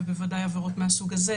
ובוודאי עבירות מהסוג הזה,